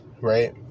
Right